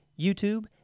YouTube